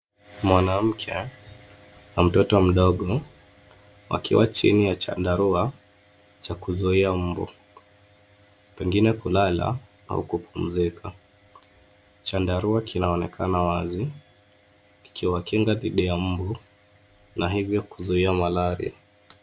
Mwanamke na mtoto mdogo wakiwa chini ya chandarua cha kuzuia mbu, pengine kulala au kupumzika. Chandarua kinaonekana wazi kikiwakinga dhidi ya mbu, na hivyo kuzuia malaria.